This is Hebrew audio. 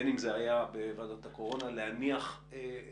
בין אם זה היה בוועדת הקורונה להניח מסמך.